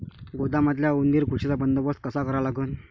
गोदामातल्या उंदीर, घुशीचा बंदोबस्त कसा करा लागन?